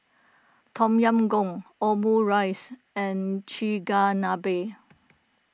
Tom Yam Goong Omurice and Chigenabe